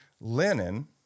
linen